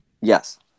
Yes